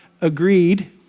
agreed